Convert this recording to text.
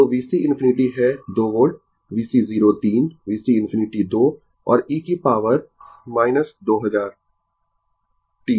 तो VC ∞ है 2 volt VC 0 3 VC ∞ 2 और e की पॉवर - 2000 t